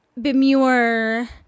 bemure